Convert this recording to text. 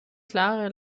klare